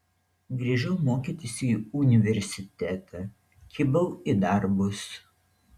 grįžau mokytis į universitetą kibau į darbus